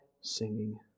singing